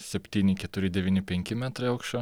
septyni keturi devyni penki metrai aukščio